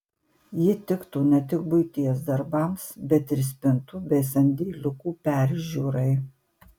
ji tiktų ne tik buities darbams bet ir spintų bei sandėliukų peržiūrai